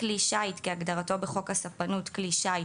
"כלי שיט" כהגדרתו בחוק הספנות (כלי שיט),